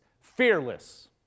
Fearless